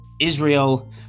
Israel